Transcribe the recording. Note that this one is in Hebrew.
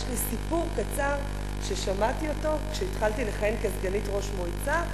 יש לי סיפור קצר ששמעתי כשהתחלתי לכהן כסגנית ראש מועצה.